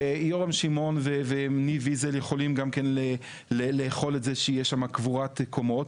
יורם שמעון וניב ויזל יכולים גם לאכול את זה שיש שם קבורת קומות,